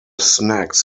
snacks